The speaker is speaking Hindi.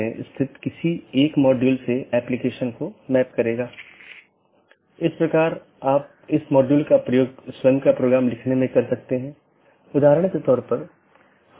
हालाँकि एक मल्टी होम AS को इस प्रकार कॉन्फ़िगर किया जाता है कि यह ट्रैफिक को आगे न बढ़ाए और पारगमन ट्रैफिक को आगे संचारित न करे